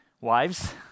Wives